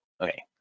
okay